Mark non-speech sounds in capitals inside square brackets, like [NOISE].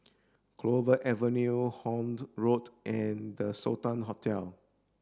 Clover Avenue Horne [UNINTELLIGIBLE] Road and The Sultan Hotel